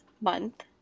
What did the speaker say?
month